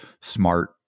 smart